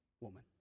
woman